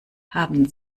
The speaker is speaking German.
haben